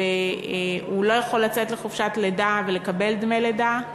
והוא לא יכול לצאת לחופשת לידה ולקבל דמי לידה,